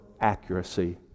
accuracy